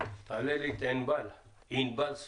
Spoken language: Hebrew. ענבל סופרו,